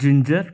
ginger